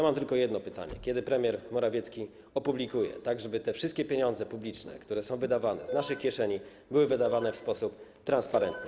Mam tylko jedno pytanie: Kiedy premier Morawiecki to opublikuje tak, żeby wszystkie pieniądze publiczne, które są wydawane z naszej kieszeni, były wydawane w sposób transparentny?